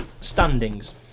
Standings